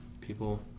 people